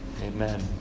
Amen